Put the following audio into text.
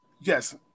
Yes